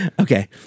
Okay